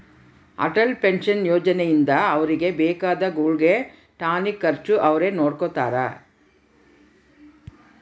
Atal pension ಯೋಜನೆ ಇಂದ ಅವ್ರಿಗೆ ಬೇಕಾದ ಗುಳ್ಗೆ ಟಾನಿಕ್ ಖರ್ಚು ಅವ್ರೆ ನೊಡ್ಕೊತಾರ